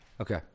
Okay